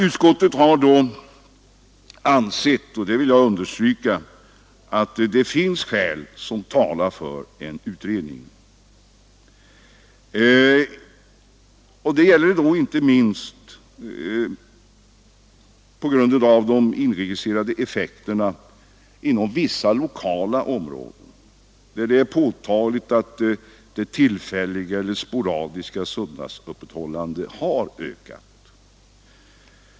Utskottet har ansett — det vill jag understryka — att det finns skäl som talar för en utredning. Detta beror inte minst på de inregistrerade effekterna inom vissa lokala områden, där det är påtagligt att det tillfälliga eller sporadiska söndagsöppethållandet har ökat.